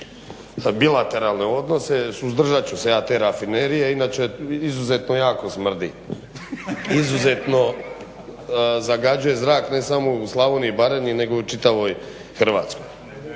bilateralne odnose suzdržat ću se ja te rafinerije. Inače izuzetno jako smrdi, izuzetno zagađuje zrak ne samo u Slavoniji i Baranji, nego u čitavoj Hrvatskoj.